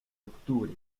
octubre